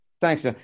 thanks